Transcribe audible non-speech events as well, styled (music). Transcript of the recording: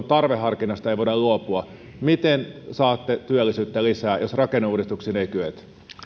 (unintelligible) tarveharkinnasta ei voida luopua miten saatte työllisyyttä lisää jos rakenneuudistuksiin ei kyetä